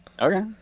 Okay